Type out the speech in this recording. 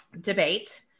debate